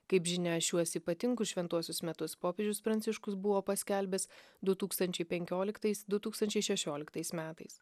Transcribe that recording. kaip žinia šiuos ypatingus šventuosius metus popiežius pranciškus buvo paskelbęs du tūkstančiai penkioliktais du tūkstančiai šešioliktais metais